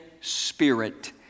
spirit